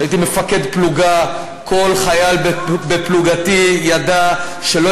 כשהייתי מפקד פלוגה כל חייל בפלוגתי ידע שלא